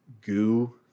goo